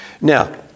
Now